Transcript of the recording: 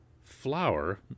Flower